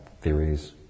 theories